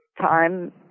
time